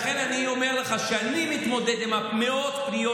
לכן אני אומר לך שאני מתמודד עם מאות פניות